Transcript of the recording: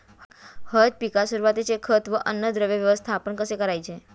हळद पिकात सुरुवातीचे खत व अन्नद्रव्य व्यवस्थापन कसे करायचे?